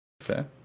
Fair